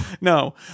No